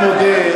אני מודה,